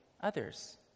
others